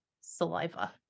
saliva